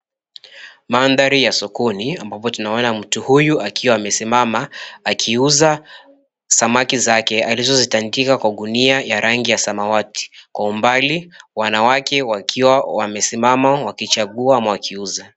Mandhari ya sokoni ambapo tunaona mtu huyu amesimama akiuza samaki zake alizozitandika kwa gunia ya rangi ya samawati kwa umbali wanawake wakiwa wamesimama wakichagua ama wakiuza.